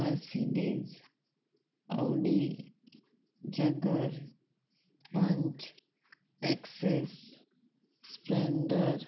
Mercedes Audi jaguar punch access splendor